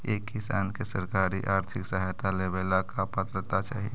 एक किसान के सरकारी आर्थिक सहायता लेवेला का पात्रता चाही?